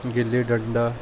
gilli danda